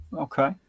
okay